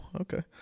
Okay